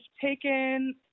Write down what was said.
taken